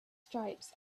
stripes